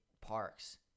Parks